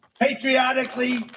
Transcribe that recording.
patriotically